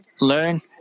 learn